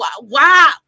Wow